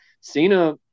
Cena